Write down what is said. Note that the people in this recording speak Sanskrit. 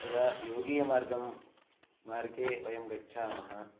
यदा योगीयमार्गं मार्गे वयं गच्छामः